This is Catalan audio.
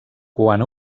quan